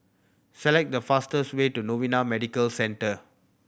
select the fastest way to Novena Medical Centre